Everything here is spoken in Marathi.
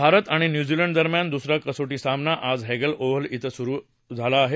भारत आणि न्यूझीलंड दरम्यान दुसर कसोटी सामना आज हॅंगल ओव्हल क्रें सुरू झाला आहे